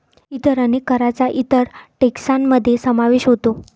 इतर अनेक करांचा इतर टेक्सान मध्ये समावेश होतो